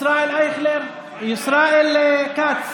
ישראל כץ,